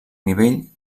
nivell